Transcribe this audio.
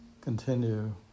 Continue